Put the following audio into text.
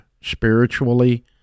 spiritually